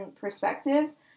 perspectives